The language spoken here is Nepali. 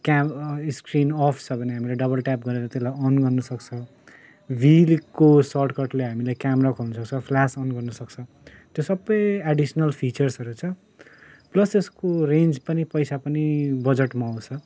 क्या स्क्रिन अफ छ भने हामीले डबल ट्याब गरेर त्यसलाई अन गर्नुसक्छ भी लिकको सर्टकटले हामीले क्यामेरा खोल्नुसक्छ फ्लास अन गर्नुसक्छ त्यो सबै एडिसनल फिचर्सहरू छ प्लस त्यसको रेन्ज पनि पैसा पनि बजटमा आउँछ